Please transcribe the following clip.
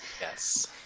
Yes